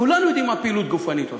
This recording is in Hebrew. כולנו יודעים מה פעילות גופנית עושה,